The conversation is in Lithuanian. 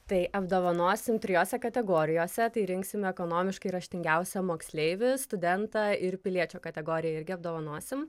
tai apdovanosim trijose kategorijose tai rinksim ekonomiškai raštingiausią moksleivį studentą ir piliečio kategorijoj irgi apdovanosim